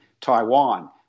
Taiwan